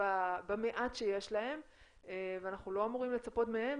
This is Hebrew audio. במעט שיש להם ואנחנו לא אמורים לצפות מהם